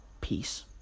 peace